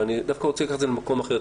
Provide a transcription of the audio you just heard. אני דווקא רוצה לקחת את זה למקום אחר.